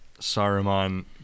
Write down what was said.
Saruman